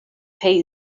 pay